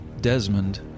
Desmond